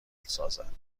سازد